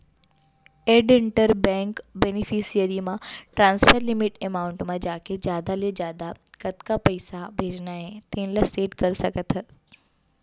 add interbank beneficiary म transfer limit amount म जाके जादा ले जादा कतका पइसा भेजना हे तेन ल सेट कर सकत हस